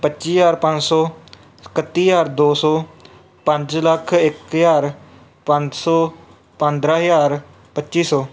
ਪੱਚੀ ਹਜ਼ਾਰ ਪੰਜ ਸੌ ਇਕੱਤੀ ਹਜ਼ਾਰ ਦੋ ਸੌ ਪੰਜ ਲੱਖ ਇੱਕ ਹਜ਼ਾਰ ਪੰਜ ਸੌ ਪੰਦਰ੍ਹਾਂ ਹਜ਼ਾਰ ਪੱਚੀ ਸੌ